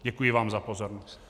Děkuji vám za pozornost.